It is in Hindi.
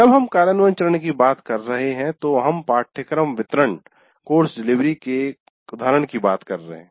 जब हम कार्यान्वयन चरण की बात कर रहे हैं तो हम पाठ्यक्रम वितरण के एक उदाहरण की बात कर रहे हैं